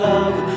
love